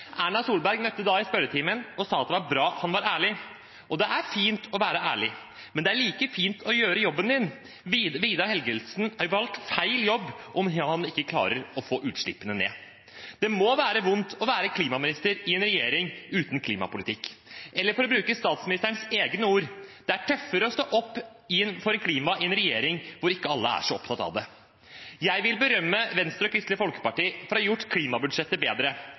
Erna Solberg møtte da i spørretimen og sa at det var bra at han var ærlig. Og det er fint å være ærlig, men det er like fint å gjøre jobben sin. Vidar Helgesen har valgt feil jobb om han ikke klarer å få utslippene ned. Det må være vondt å være klimaminister i en regjering uten klimapolitikk, eller – for å bruke statsministerens egne ord: Det er tøffere å stå opp for klima i en regjering hvor ikke alle er så opptatt av det. Jeg vil berømme Venstre og Kristelig Folkeparti for å ha gjort klimabudsjettet bedre.